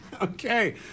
Okay